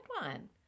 one